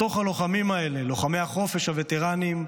בתוך הלוחמים האלה, לוחמי החופש הווטרנים,